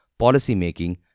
policymaking